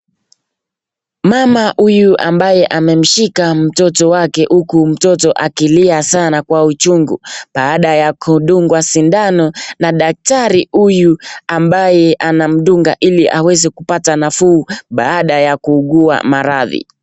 Mama huyu ambaye amemshika mtoto wake huku mtoto akilia sana kwa uchungu, baada ya kudungwa shindano na daktari huyu ambaye anamdunga ili aweze kupata nafuu baada ya kuugua maradhi.